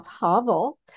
Havel